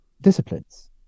disciplines